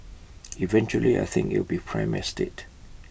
eventually I think IT will be prime estate